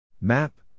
Map